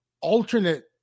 alternate